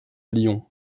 lyon